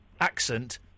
accent